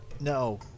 no